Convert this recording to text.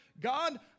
God